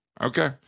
okay